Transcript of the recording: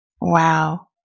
Wow